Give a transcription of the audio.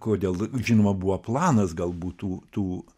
kodėl žinoma buvo planas gal būtų tų